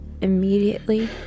immediately